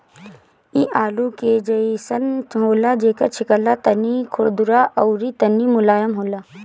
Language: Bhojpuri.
इ आडू के जइसन होला जेकर छिलका तनी खुरदुरा अउरी तनी मुलायम होला